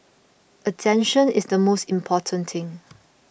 attention is the most important thing